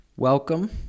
Welcome